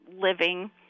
living